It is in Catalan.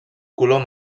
color